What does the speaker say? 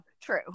True